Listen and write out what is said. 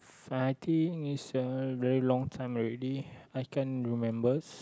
I think is a very long time already I can't remember